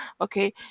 okay